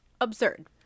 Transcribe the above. absurd